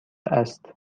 است